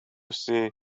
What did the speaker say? see